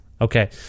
okay